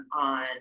on